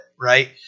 Right